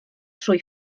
trwy